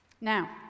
Now